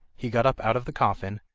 he got up out of the coffin,